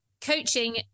coaching